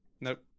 Nope